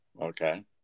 Okay